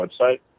website